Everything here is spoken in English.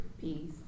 Peace